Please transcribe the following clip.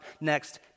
next